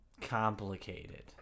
complicated